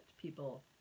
people